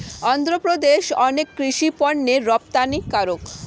অন্ধ্রপ্রদেশ অনেক কৃষি পণ্যের রপ্তানিকারক